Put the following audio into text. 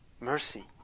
Mercy